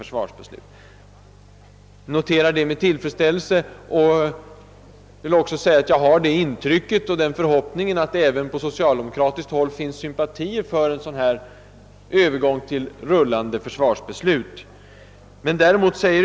Jag noterar med tillfredsställelse att man inte binder sig; jag har den förhoppningen att det även på socialdemokratiskt håll finns sympatier för en övergång till rullande försvarsbeslut.